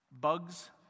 bugs